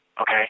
okay